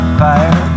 fire